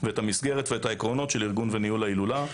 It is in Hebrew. את המסגרת ואת העקרונות של ארגון וניהול ההילולה,